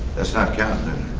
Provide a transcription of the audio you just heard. that's not counting